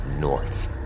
north